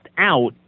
out